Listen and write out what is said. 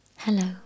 Hello